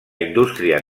indústria